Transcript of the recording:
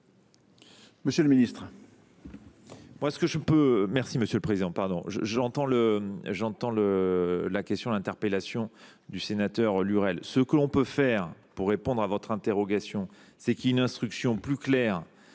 monsieur le ministre,